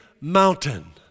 Mountain